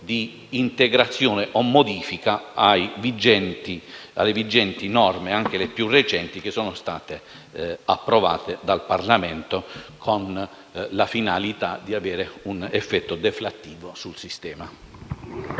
di integrazione o modifica alle vigenti norme, anche le più recenti, approvate dal Parlamento con la finalità di avere un effetto deflattivo sul sistema.